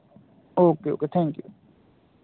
okay okay thank you